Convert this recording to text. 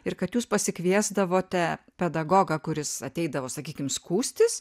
ir kad jūs pasikviesdavote pedagogą kuris ateidavo sakykim skųstis